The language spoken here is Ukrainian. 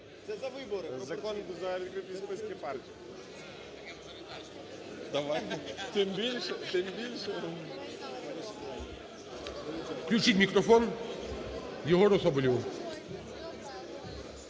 Включіть мікрофон Єгору Соболєву.